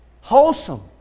wholesome